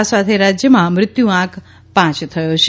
આ સાથે રાજ્યમાં મૃત્યુ આંક પાંચ થયો છે